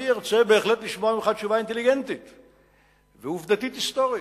אני רוצה בהחלט לשמוע ממך תשובה אינטליגנטית ועובדתית היסטורית,